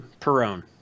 perone